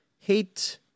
hate